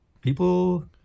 people